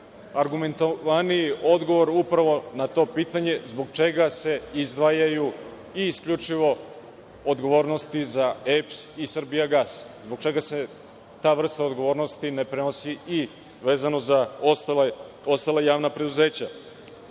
argumentovaniji odgovor upravo na to pitanje zbog čega se izdvajaju i isključivo odgovornosti za EPS i „Srbijagas“, zbog čega se ta vrsta odgovornosti ne prenosi i vezano za ostala javna preduzeća. Još